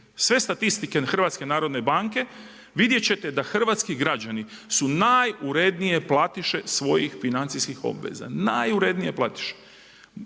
sve statistike, sve statistike HNB-a, vidjet ćete da hrvatski građani su najurednije platiše svojih financijskih obveza, najurednije platiše.